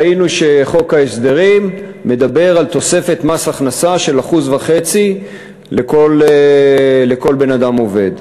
ראינו שחוק ההסדרים מדבר על תוספת מס הכנסה של 1.5% לכל בן-אדם עובד,